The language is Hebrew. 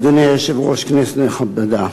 אדוני היושב-ראש, כנסת נכבדה,